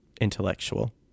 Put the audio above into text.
intellectual